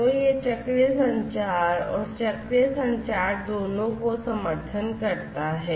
तो यह चक्रीय संचार और चक्रीय संचार दोनों का समर्थन करता है